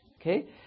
Okay